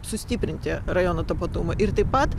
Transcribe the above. sustiprinti rajono tapatumą ir taip pat